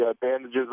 bandages